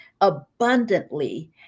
abundantly